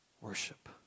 worship